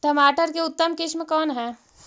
टमाटर के उतम किस्म कौन है?